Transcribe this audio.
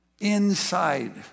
inside